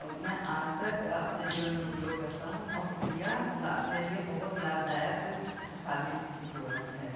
मैं आज तक अपने जीवन मे उपयोग करता हूँ और या मेरे लिए बहुत लाभदायक साबित हुआ है